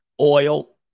oil